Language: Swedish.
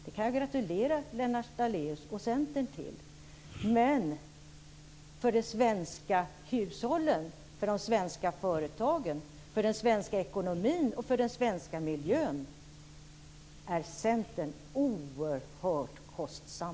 Jag kan gratulera Lennart Daléus och Centern till det, men för de svenska hushållen, för de svenska företagen, för den svenska ekonomin och för den svenska miljön är Centern oerhört kostsam.